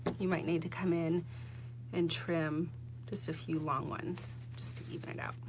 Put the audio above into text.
you might need to come in and trim just a few long ones just to even it out.